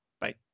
Bye